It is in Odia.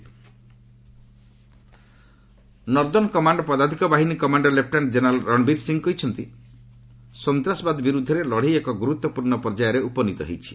ଆର୍ମୀ ନର୍ଦ୍ଦନ୍ କମାଣ୍ଡ ପଦାତିକ ବାହିନୀ commander lieutenant general Ranbir Singh କହିଛନ୍ତି ସନ୍ତାସବାଦ ବିରୁଦ୍ଧରେ ଲଢ଼େଇ ଏକ ଗୁରୁତ୍ୱପୂର୍ଣ୍ଣ ପର୍ଯ୍ୟାୟରେ ଉପନ୍ୱିତ ହୋଇଛି